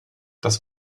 das